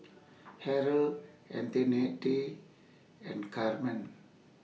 Harrell Antionette and Carmen